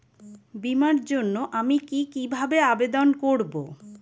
বিমার জন্য আমি কি কিভাবে আবেদন করব?